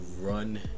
run